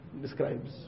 describes